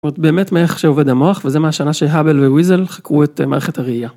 זאת אומרת באמת מערך שעובד המוח וזה מה שנה שהבל וויזל חקרו את מערכת הראייה.